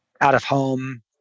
out-of-home